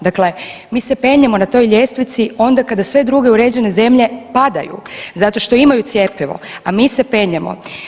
Dakle mi se penjemo na toj ljestvici onda kada sve druge uređene zemlje padaju zato što imaju cjepivo, a mi se penjemo.